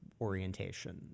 orientation